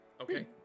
Okay